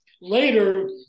Later